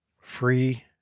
Free